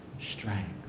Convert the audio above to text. strength